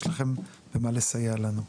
יש לכם במה לסייע לנו.